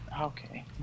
okay